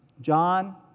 John